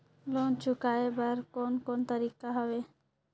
Loan चुकाए बर कोन कोन तरीका हवे?